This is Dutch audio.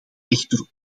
echter